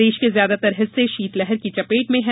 प्रदेश के ज्यादातर हिस्से शीतलहर की चपेट में है